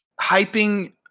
hyping